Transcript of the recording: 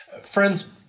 Friends